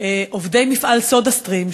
נפרדו עובדי מפעל "סודה סטרים",